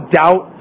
doubt